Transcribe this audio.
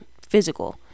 physical